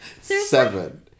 Seven